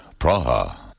Praha